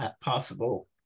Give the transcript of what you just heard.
possible